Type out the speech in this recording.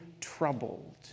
troubled